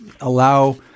allow